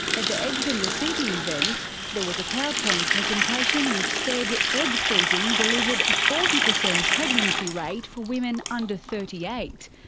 at the eggs in the city event there was a power point presentation which said egg freezing delivered a forty percent pregnancy rate for women under thirty eight,